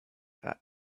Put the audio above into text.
that